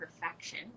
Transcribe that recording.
perfection